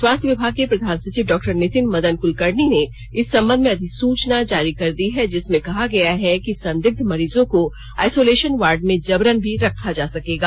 स्वास्थ्य विभाग के प्रधान सचिव डॉक्टर नीतिन मदन कलकर्णी ने इस संबंध में अधिसूचना जारी कर दी है जिसमें कहा गया है कि संदिग्ध मरीजों को आइसोलेषन वार्ड में जबरन भी रखा जा सकेगा